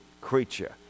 creature